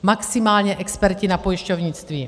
Maximálně experti na pojišťovnictví.